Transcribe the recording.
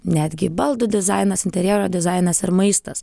netgi baldų dizainas interjero dizainas ir maistas